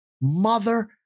mother